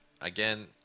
Again